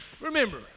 remember